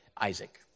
Isaac